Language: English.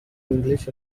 english